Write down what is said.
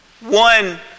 one